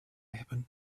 happen